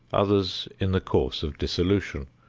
others in the course of dissolution.